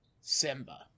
Simba